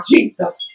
Jesus